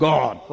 God